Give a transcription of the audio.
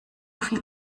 viel